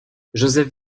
joseph